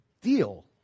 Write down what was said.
deal